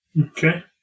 Okay